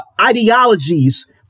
ideologies